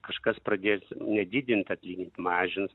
kažkas pradės nedidint atlyginimus mažins